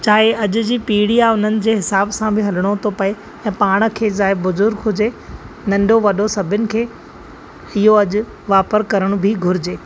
चाहे अॼु जी पीढ़ी आहे हुननि जे हिसाब सां बि हलिणो थो पिए त पाण खे चाहे बुज़ुर्गु हुजे नंढो वॾो सभिनी खे इहो अॼु वापर करणु बि घुरिजे